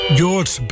George